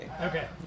Okay